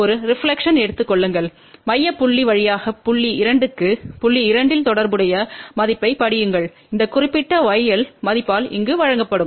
எனவே ஒரு ரெப்லக்க்ஷன்பு எடுத்துக் கொள்ளுங்கள் மைய புள்ளி வழியாக புள்ளி 2 க்கு புள்ளி 2 இல் தொடர்புடைய மதிப்பைப் படியுங்கள் இந்த குறிப்பிட்ட yL மதிப்பால் இங்கு வழங்கப்படும்